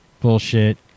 bullshit